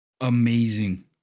Amazing